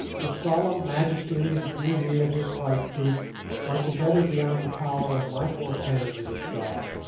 the solemn majesty and beauty of this white peak are together beyond the power of my poor pen to describe.